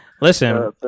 Listen